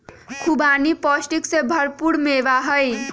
खुबानी पौष्टिक से भरपूर मेवा हई